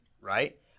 right